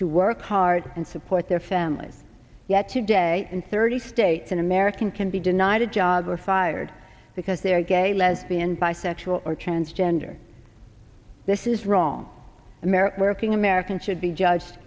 to work hard and support their families yet today in thirty states an american can be denied a job or fired because they're gay lesbian bisexual or transgender this is wrong america working americans should be judged